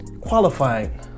qualifying